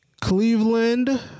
Cleveland